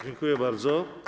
Dziękuję bardzo.